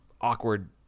awkward